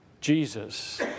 Jesus